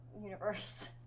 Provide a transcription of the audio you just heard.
universe